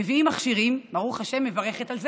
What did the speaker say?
מביאים מכשירים, ברוך השם, מברכת על זה,